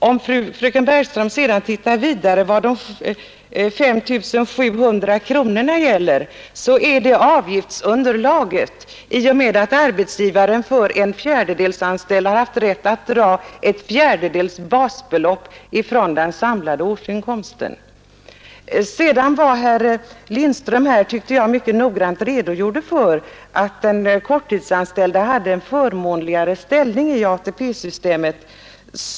Om fröken Bergström tittar vidare på vad de 5 700 kronorna gäller, ser man att det är avgiftsunderlaget. Arbetsgivaren har rätt att för en fjärdedelsanställd dra en fjärdedels basbelopp från den samlade årsinkomsten, 7 500 kronor. Jag tyckte herr Lindström mycket noggrant redogjorde för att den korttidsanställde hade en förmånligare ställning i ATP-systemet.